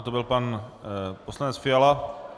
To byl pan poslanec Fiala.